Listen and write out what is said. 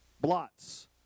Blots